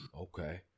Okay